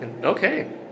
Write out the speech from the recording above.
Okay